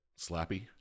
slappy